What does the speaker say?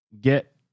get